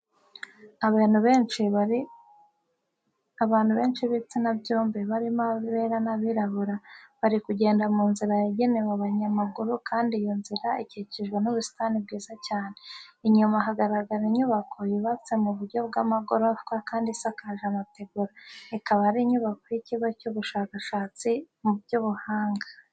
Abantu benshi b'ibitsina byombi barimo abera n'abirabura, bari kugenda mu nzira yagenewe abanyamaguru kandi iyo nzira ikikijwe n'ubusitani bwiza cyane. Inyuma hagaragara inyubako yubatse mu buryo bw'amagorofa kandi isakaje amategura. Ikaba ari inyubako y'ikigo cy'ubushakashatsi mu by'ubuhanga.